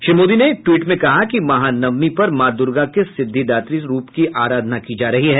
श्री मोदी ने एक ट्वीट में कहा कि महानवमी पर माँ दूर्गा के सिद्धिदात्री रूप की आराधना की जा रही है